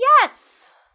Yes